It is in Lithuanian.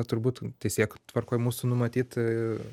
turbūt teisėtvarkoj mūsų numatyt